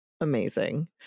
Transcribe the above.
Amazing